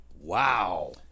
Wow